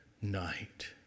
night